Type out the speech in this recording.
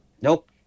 Nope